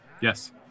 Yes